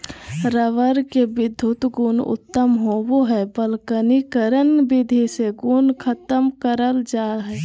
rubber के विधुत गुण उत्तम होवो हय वल्कनीकरण विधि से गुण खत्म करल जा हय